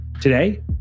Today